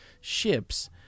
ships